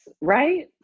right